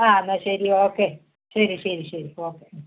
ആ എന്നാൽ ശരി ഓക്കെ ശരി ശരി ശരി ഓക്കെ